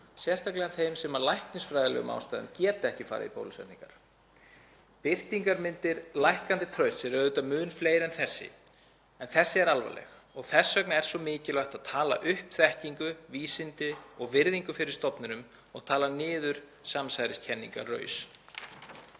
sérstaklega þeim sem af læknisfræðilegum ástæðum geta ekki farið í bólusetningar. Birtingarmyndir lækkandi trausts eru auðvitað mun fleiri en þessi en þessi er alvarleg og þess vegna er svo mikilvægt að tala upp þekkingu, vísindi og virðingu fyrir stofnunum og tala niður samsæriskenningaraus.